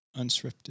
Unscripted